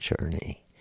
journey